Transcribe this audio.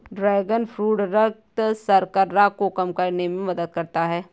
dragon fruit रक्त शर्करा को कम करने में मदद करता है